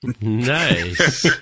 Nice